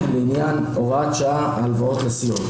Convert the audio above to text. לעניין הוראת שעה הלוואות לסיעות,